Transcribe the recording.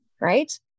Right